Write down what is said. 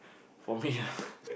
for me ah